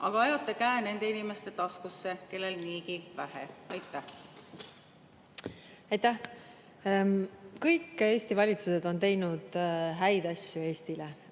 vaid ajate käe nende inimeste taskusse, kellel niigi vähe? Aitäh! Kõik Eesti valitsused on teinud häid asju Eesti